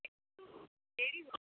একটু দেরি হলে